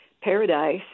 Paradise